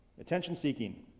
attention-seeking